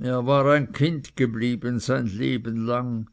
er war ein kind geblieben sein leben lang